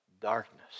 darkness